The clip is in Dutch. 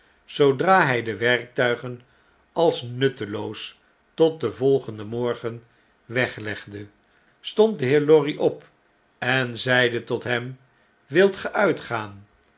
zoodra hy de werktuigen als nutteloos tot den volgenden morgen weglegde stond de heer lorry op en zeide tot hem wilt ge uitgaan